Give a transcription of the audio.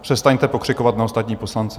Přestaňte pokřikovat na ostatní poslance!